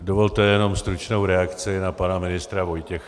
Dovolte jenom stručnou reakci na pana ministra Vojtěcha.